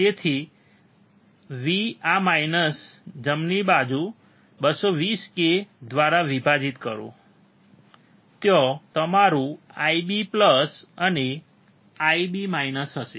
તેથી V આ minus જમણી બાજુ 220 k દ્વારા વિભાજીત કરો ત્યાં તમારું IB અને IB હશે